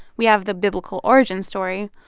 we have the biblical origin story,